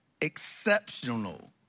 exceptional